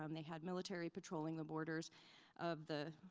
um they had military patrolling the borders of the,